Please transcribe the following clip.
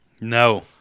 No